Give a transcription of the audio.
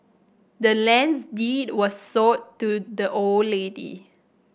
the land's deed was sold to the old lady